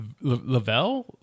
Lavelle